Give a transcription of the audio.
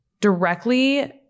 directly